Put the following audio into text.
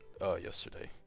yesterday